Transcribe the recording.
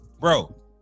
bro